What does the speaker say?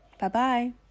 Bye-bye